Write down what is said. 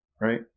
right